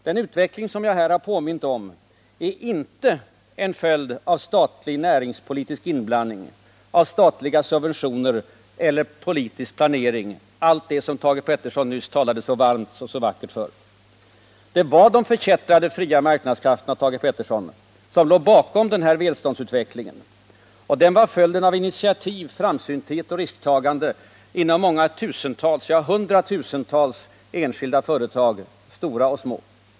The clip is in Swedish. Den utveckling jag här påmint om är inte en följd av statlig näringspolitisk inblandning, av statliga subventioner eller politisk planering — allt det som Thage Peterson nyss talade så varmt och vackert för. Det var de i dag förkättrade ”fria marknadskrafterna”, Thage Peterson, som låg bakom denna välståndsutveckling. Den var följden av initiativ, framsynthet och risktagande inom många tusentals, ja, hundratusentals stora och små enskilda företag.